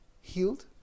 Healed